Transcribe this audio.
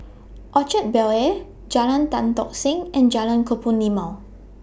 Orchard Bel Air Jalan Tan Tock Seng and Jalan Kebun Limau